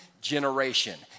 generation